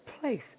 place